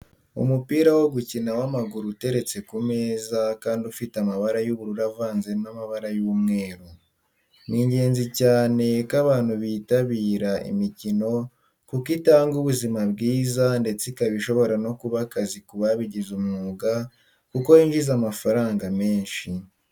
Umupira wo gukina w'amaguru uteretse ku meza kandi ufite amabara y'ubururu avanze n'amabara y'umweru. Ni ingenzi cyane ko abantu bitabira imikino kuko itanga ubuzima bwiza ndetse ikaba ishobora no kuba akazi ku babigize umwuga kuko yinjiza amafaranga menshi.